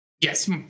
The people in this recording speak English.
yes